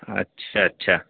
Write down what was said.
اچھا اچھا